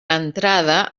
entrada